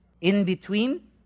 in-between